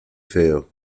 feo